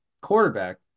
quarterback